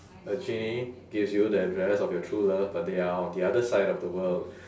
a genie gives you the address of your true love but they are on the other side of the world